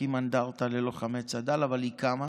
להקים אנדרטה ללוחמי צד"ל, אבל היא קמה.